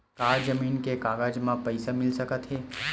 का जमीन के कागज म पईसा मिल सकत हे?